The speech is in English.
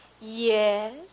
Yes